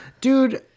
Dude